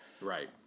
Right